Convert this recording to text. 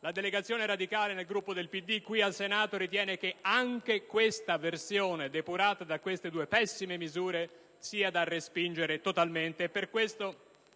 la delegazione Radicale del Gruppo del Partito Democratico qui al Senato ritiene che anche questa versione, depurata da queste due pessime misure, sia da respingere totalmente,